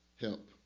help